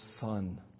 Son